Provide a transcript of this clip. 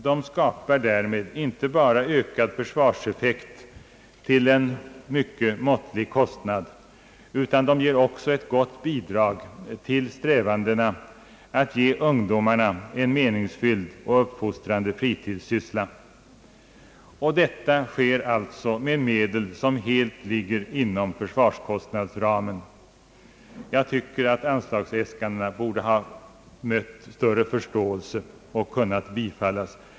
De skapar därmed inte bara ökad försvarseffekt till en mycket måttlig kostnad, utan de lämnar också ett gott bidrag till strävandena att ge ungdomen en meningsfylld och uppfostrande fritidssysselsättning, detta med medel som helt ligger inom försvarskostnadsramen. Jag tycker att anslagsäskandet borde ha mött större förståelse och att högermotionen hade bort bifallas.